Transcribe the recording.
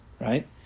Right